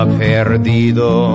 perdido